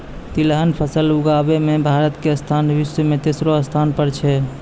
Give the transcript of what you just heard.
तिलहन फसल उगाबै मॅ भारत के स्थान विश्व मॅ तेसरो स्थान पर छै